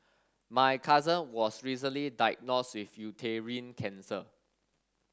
my cousin was recently diagnosed with uterine cancer